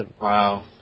Wow